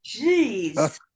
Jeez